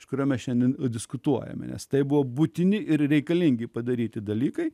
iš kurio mes šiandien diskutuojame nes tai buvo būtini ir reikalingi padaryti dalykai